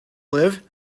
live